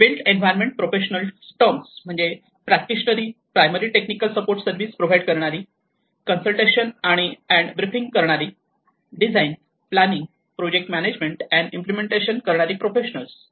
build environment professionals term म्हणजे practitioner primary technical support service provide करणारी consultation and briefing करणारी design planning project management and implementation Project management and implementation करणारी professionals